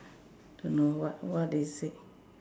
don't know what what is it